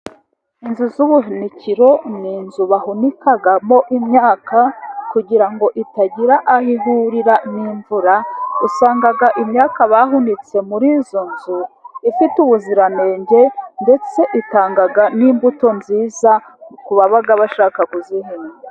Inzu z'ubunikiro, ni inzu bahunikamo imyaka kugira ngo itagira aho ihurira n'imvura, usanga imyaka bahunitse muri izo nzu, ifite ubuziranenge, ndetse itanga n'imbuto nziza ku baba bashaka kuyihinga.